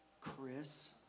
Chris